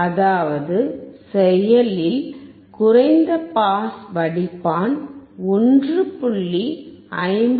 அதாவது செயலில் குறைந்த பாஸ் வடிப்பான் 1